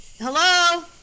Hello